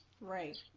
Right